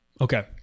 Okay